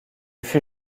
fut